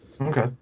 okay